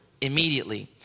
immediately